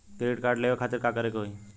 Credit card लेवे खातिर का करे के होई?